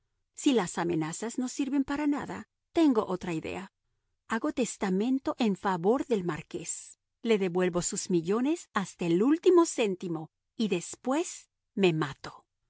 si las amenazas no sirven para nada tengo otra idea hago testamento en favor del marqués le devuelvo sus millones hasta el último céntimo y después me mato